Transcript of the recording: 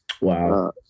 Wow